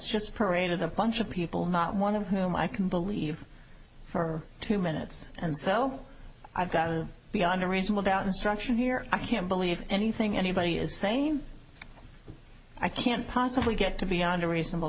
just parade of a bunch of people not one of whom i can believe for two minutes and so i've got a beyond a reasonable doubt instruction here i can't believe anything anybody is saying i can't possibly get to beyond a reasonable